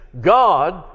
God